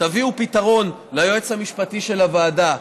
תביאו פתרון ליועץ המשפטי של הוועדה,